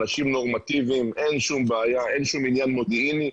אלה אנשים נורמטיביים ואין שום בעיה ואין עניין מודיעיני.